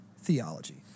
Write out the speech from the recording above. theology